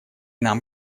нам